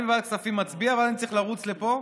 אני בוועדת כספים, מצביע, ואז אני צריך לרוץ לפה.